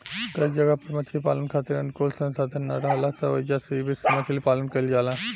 कई जगह पर मछरी पालन खातिर अनुकूल संसाधन ना राहला से ओइजा इ विधि से मछरी पालन कईल जाला